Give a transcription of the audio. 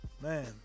man